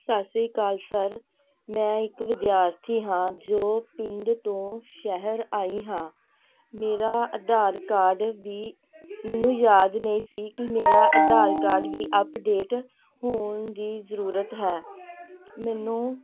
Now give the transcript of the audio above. ਸਤਿ ਸ਼੍ਰੀ ਅਕਾਲ ਸਰ ਮੈਂ ਇੱਕ ਵਿਦਿਆਰਥੀ ਹਾਂ ਜੋ ਪਿੰਡ ਤੋਂ ਸ਼ਹਿਰ ਆਈ ਹਾਂ ਮੇਰਾ ਆਧਾਰ ਕਾਰਡ ਵੀ ਮੈਨੂੰ ਯਾਦ ਨਹੀਂ ਸੀ ਕਿ ਮੇਰਾ ਆਧਾਰ ਕਾਰਡ ਵੀ ਅਪਡੇਟ ਹੋਣ ਦੀ ਜ਼ਰੂਰਤ ਹੈ ਮੈਨੂੰ